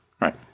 Right